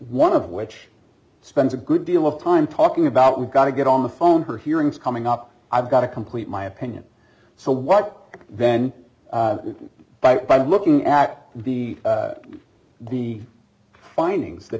one of which spends a good deal of time talking about we've got to get on the phone her hearings coming up i've got to complete my opinion so what then by by looking at the the findings that